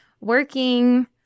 working